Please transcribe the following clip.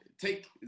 Take